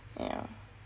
yah